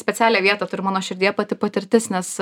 specialią vietą turi mano širdyje pati patirtis nes